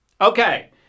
Okay